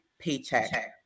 paycheck